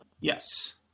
Yes